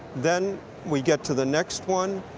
then we get to the next one.